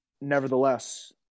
nevertheless